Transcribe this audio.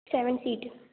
seven seat